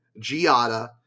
Giada